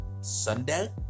Sunday